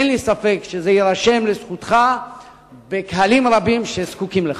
אין לי ספק שזה יירשם לזכותך בקהלים רבים שזקוקים לך.